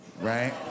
Right